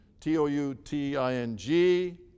T-O-U-T-I-N-G